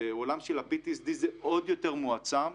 בעולם של PTSD זה עוד יותר מועצם,